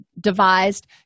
devised